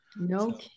No